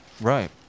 Right